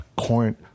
corn